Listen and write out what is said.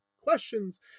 questions